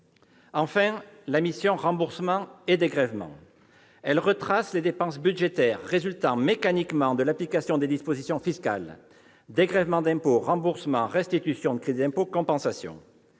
Enfin, la mission « Remboursements et dégrèvements » retrace les dépenses budgétaires résultant mécaniquement de l'application des dispositions fiscales : dégrèvements d'impôts, remboursements, restitutions de crédits d'impôt, compensations.